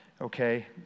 okay